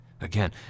Again